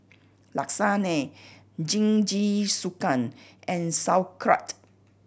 Lasagne Jingisukan and Sauerkraut